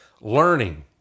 learning